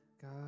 God